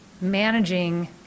managing